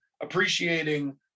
appreciating